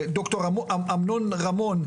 וד"ר אמנון רמון,